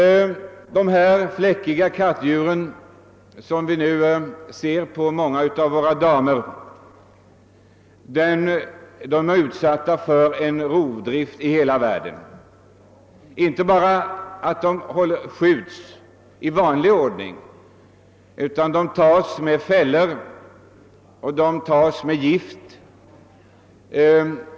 Sålunda är de fläckiga kattdjuren, vilkas päls bäres av så många kvinnor, utsatta för rovdrift nästan överallt där de finnes i naturligt tillstånd. De skjuts inte bara i vanlig ordning utan fångas också i fällor eller dödas med gift.